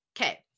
okay